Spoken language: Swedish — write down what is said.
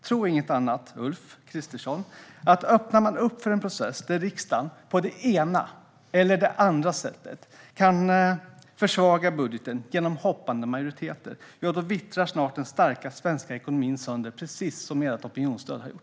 Tro inget annat, Ulf Kristersson, än att om man öppnar upp för en process där riksdagen på det ena eller det andra sättet kan försvaga budgeten genom hoppande majoriteter, ja, då vittrar snart den starka svenska ekonomin sönder, precis som ert opinionsstöd har gjort.